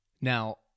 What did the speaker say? Now